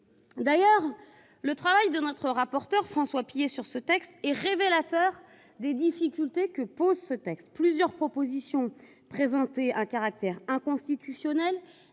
hier. Le travail du rapporteur François Pillet sur ce texte est révélateur des difficultés qu'il pose. Plusieurs propositions qui présentaient un caractère inconstitutionnel